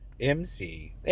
M-C